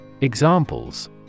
Examples